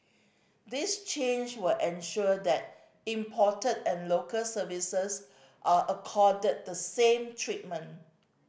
this change will ensure that imported and local services are accorded the same treatment